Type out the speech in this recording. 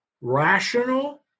rational